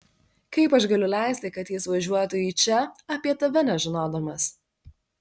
kaip aš galiu leisti kad jis važiuotų į čia apie tave nežinodamas